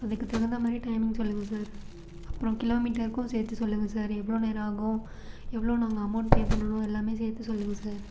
அதுக்கு தகுந்த மாதிரி டைமிங் சொல்லுங்கள் சார் அப்புறம் கிலோமீட்டருக்கும் சேர்த்து சொல்லுங்கள் சார் எவ்வளோ நேரம் ஆகும் எவ்வளோ நாங்கள் அமௌண்ட் பே பண்ணணும் எல்லாமே சேர்த்து சொல்லுங்கள் சார்